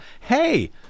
hey